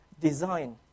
design